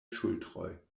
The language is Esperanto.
ŝultroj